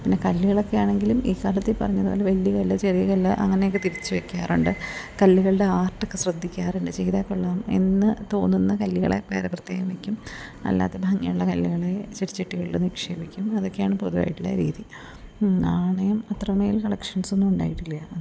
പിന്നെ കല്ലുകളൊക്കെ ആണെങ്കിലും ഈ കാലത്തിൽ പറഞ്ഞതുപോലെ വലിയ കല്ല് ചെറിയ കല്ല് അങ്ങനെയൊക്കെ തിരിച്ചു വെക്കാറുണ്ട് കല്ലുകളുടെ ആർട്ടൊക്കെ ശ്രദ്ധിക്കാറുണ്ട് ചെയ്താൽ കൊള്ളാം എന്നു തോന്നുന്ന കല്ലുകളെ വേറെ പ്രത്യേകം വെക്കും അല്ലാത്ത ഭംഗിയുള്ള കല്ലുകളെ ചെടിച്ചട്ടികളിൽ നിക്ഷേപിക്കും അതൊക്കെയാണ് പൊതുവായിട്ടുള്ള രീതി നാണയം അത്രമേൽ കളക്ഷൻസൊന്നും ഉണ്ടായിട്ടില്ല